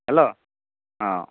hello অঁ